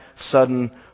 sudden